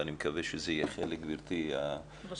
ואני מקווה שזה יהיה חלק מן הסיכום,